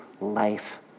life